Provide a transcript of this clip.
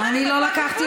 אז זה לא הגיוני.